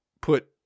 put